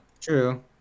True